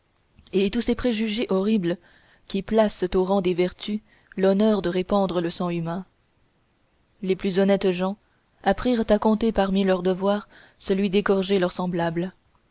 et tous ces préjugés horribles qui placent au rang des vertus l'honneur de répandre le sang humain les plus honnêtes gens apprirent à compter parmi leurs devoirs celui d'égorger leurs semblables